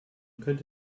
könnte